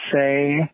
say